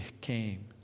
came